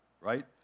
Right